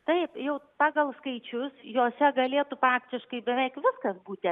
taip jau pagal skaičius jose galėtų praktiškai beveik viskas būti